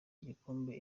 igikombe